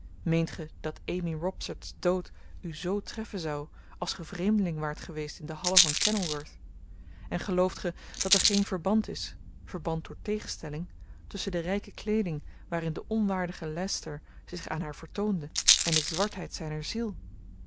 dat amy robsart's dood u zoo treffen zou als ge vreemdeling waart geweest in de hallen van kenilworth en gelooft ge dat er geen verband is verband door tegenstelling tusschen de ryke kleeding waarin de onwaardige leicester zich aan haar vertoonde en de zwartheid zyner ziel